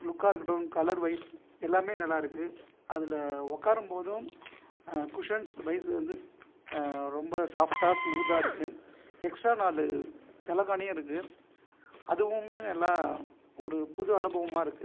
லுக்காக இருக்கட்டும் கலர்வைஸ் எல்லாமே நல்லா இருக்கு அதில் உட்காரும் போதும் குஷன் வைஸ் வந்து ரொம்ப சாஃப்டாக சுமூத்தாக இருக்குது எக்ஸ்ட்ரா நாலு தலைகாணியும் இருக்குது அதுவுமே நல்லா ஒரு புது அனுபவமாக இருக்குது